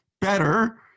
better